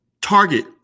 Target